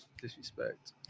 Disrespect